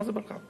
מה זה בכלל?